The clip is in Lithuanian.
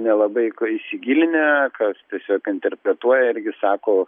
nelabai įsigilinę kas tiesiog interpretuoja irgi sako